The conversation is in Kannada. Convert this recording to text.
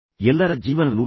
ಎಲ್ಲರ ಜೀವನದಲ್ಲೂ ಸಹ